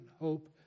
hope